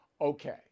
Okay